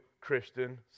Christian